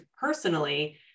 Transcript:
personally